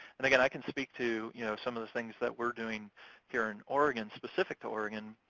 and, again, i can speak to you know some of the things that we're doing here in oregon, specific to oregon,